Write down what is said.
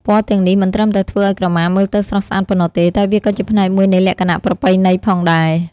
ពណ៌ទាំងនេះមិនត្រឹមតែធ្វើឱ្យក្រមាមើលទៅស្រស់ស្អាតប៉ុណ្ណោះទេ តែវាក៏ជាផ្នែកមួយនៃលក្ខណៈប្រពៃណីផងដែរ។